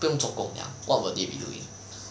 不用做工 liao [what] will they be doing